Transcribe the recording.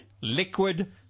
Liquid